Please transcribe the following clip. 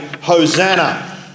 Hosanna